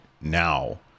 now